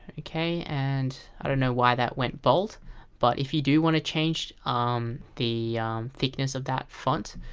okay and i don't know why that went bold but if you do want to change um the thickness of that font,